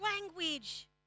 language